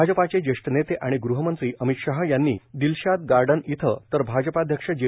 भाजपाचे ज्येष्ठ नेते आणि गृहमंत्री अमित शाह यांनी दिलशाद गार्डन इथं तर भाजपाध्यक्ष जे